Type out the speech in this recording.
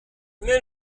mais